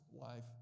life